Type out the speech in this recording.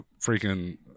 freaking